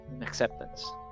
acceptance